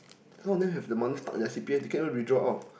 some of them have the money stuck in their C_P_F they can't even withdraw out